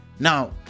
Now